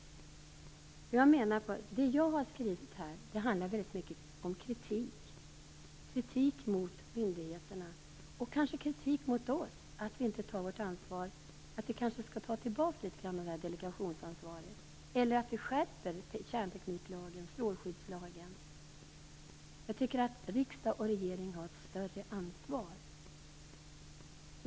Det jag har skrivit här handlar väldigt mycket om kritik. Det är kritik mot myndigheterna, och kanske kritik mot oss att vi inte tar vårt ansvar. Vi skall kanske ta tillbaka litet grand av det delegerade ansvaret eller skärpa kärntekniklagen och strålskyddslagen. Jag tycker att riksdag och regering har ett större ansvar.